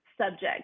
subject